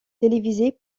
télévisées